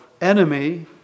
enemy